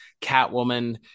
Catwoman